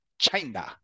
China